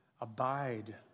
abide